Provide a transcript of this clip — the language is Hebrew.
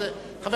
זאת קריאה טרומית,